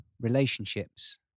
relationships